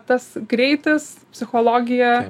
tas greitis psichologija